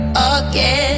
again